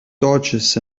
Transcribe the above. dodges